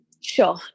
sure